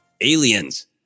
aliens